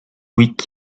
week